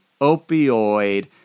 opioid